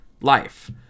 life